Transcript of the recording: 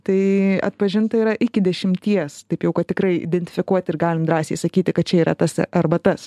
tai atpažinta yra iki dešimties taip jau kad tikrai identifikuoti ir galim drąsiai sakyti kad čia yra tas arba tas